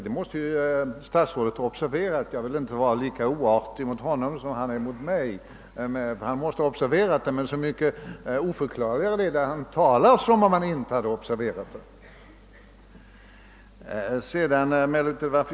Det måste statsrådet ha observerat — jag vill inte vara lika oartig mot honom som han är mot mig — men så mycket oförklarligare är det att han talar som om han inte hade observerat det.